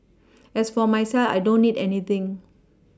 as for myself I don't need anything